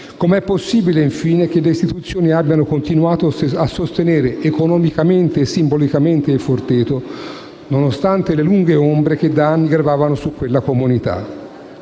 Com'è possibile, infine, che le istituzioni abbiano continuato a sostenere economicamente e simbolicamente Il Forteto, nonostante le lunghe ombre che da anni gravavano su quella comunità?